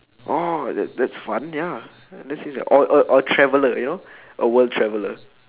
oh that that's fun ya uh that seems like or or or traveller you know a world traveller